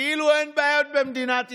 כאילו אין בעיות במדינת ישראל,